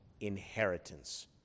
inheritance